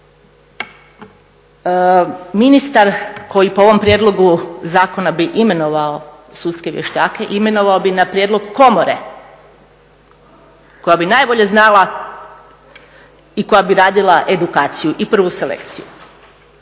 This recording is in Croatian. Ministar koji po ovom prijedlogu zakona bi imenovao sudske vještake imenovao bi na prijedlog komore koja bi najbolje znala i koja bi radila edukaciju i prvu selekciju.